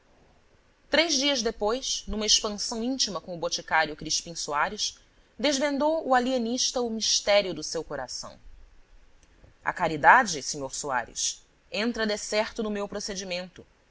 três dias depois numa expansão íntima com o boticário crispim soares desvendou o alienista o mistério do seu coração a caridade sr soares entra decerto no meu procedimento